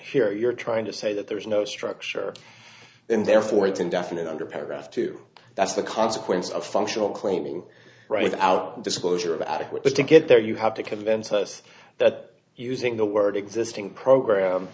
here you're trying to say that there is no structure and therefore it's indefinite under paragraph two that's the consequence of functional claiming right without disclosure of adequate but to get there you have to convince us that using the word existing program